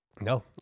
No